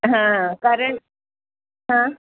हां कारण हां